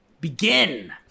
begin